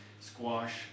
squash